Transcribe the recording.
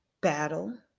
battle